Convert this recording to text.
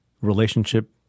relationship